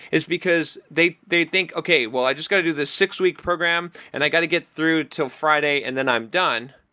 is because they they think, okay, well i just got to do this six-week program and i got to get through till friday and then i'm done.